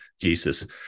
Jesus